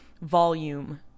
volume